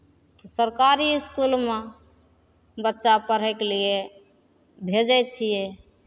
सरकारी इसकुलमे बच्चा पढ़यके लिए भेजै छियै